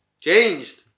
changed